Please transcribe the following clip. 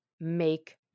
make